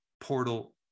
portal